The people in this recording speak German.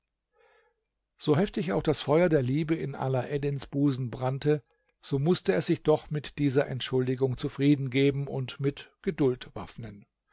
so heftig auch das feuer der liebe in alaeddins busen brannte so mußte er sich doch mit dieser entschuldigung zufrieden geben und mit geduld waffnen